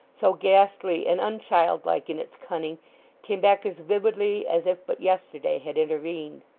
so ghastly and unchildlike in its cunning came back as vividly as if but yesterday had intervened.